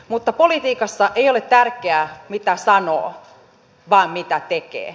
mutta politiikassa ei ole tärkeää mitä sanoo vaan mitä tekee